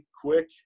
quick